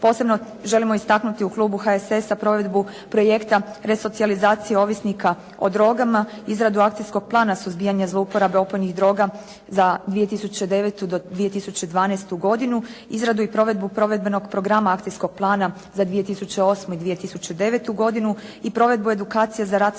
posebno želimo istaknuti u klubu HSS-a provedbu projekta resocijalizacije ovisnika o drogama, izradu akcijskog plana suzbijanja zlouporabe opojnih droga za 2009. do 2012. godinu, izradu i provedbu provedbenog programa akcijskog plana za 2008. i 2009. godinu i provedbu edukacije za rad s mladima